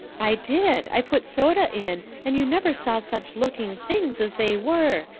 i did. i put soda in, and you never saw such looking things as they were,